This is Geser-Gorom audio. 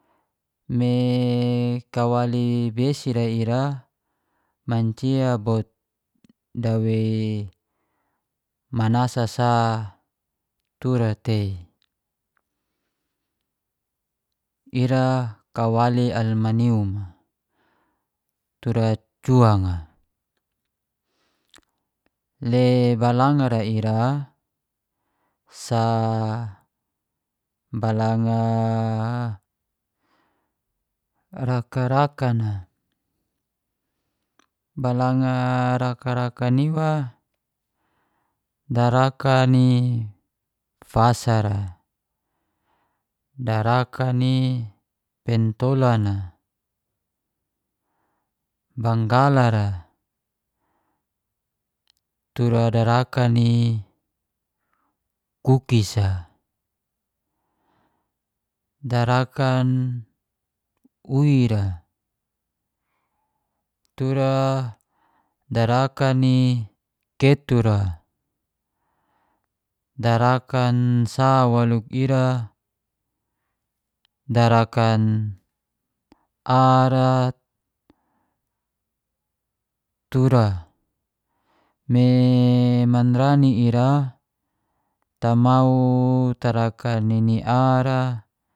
Me kawali besi ra ira mancia bot dawei mana sasa tura tei ira kawali almanium a tura cuang a. Le balangar ra ira, sa balanga rakarkan ra, balanga rakarakan iwa darakan ni fasa ra, darakan ni pentolan a, banggala ra, tura darakan i kukis a, darkan ui ra, tura darkan ketu ra, darakan sa waluk ira ar a tura me manrani ira tamau tarakan nini ar ra